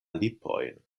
lipojn